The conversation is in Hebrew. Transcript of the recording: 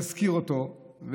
מזכירים אותו,